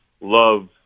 Love